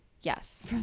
Yes